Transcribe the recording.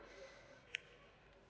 ya